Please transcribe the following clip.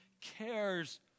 cares